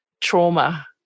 trauma